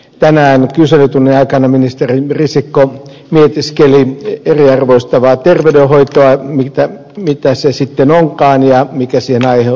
tänään kyselytunnin aikana ministeri risikko mietiskeli eriarvoistavaa terveydenhoitoa mitä se sitten onkaan ja mikä sen aiheuttaa